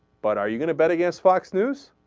but are you gonna betty s fox news